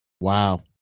wow